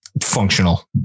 functional